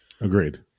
Agreed